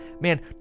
man